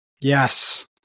Yes